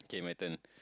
okay my turn